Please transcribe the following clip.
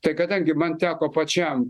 tai kadangi man teko pačiam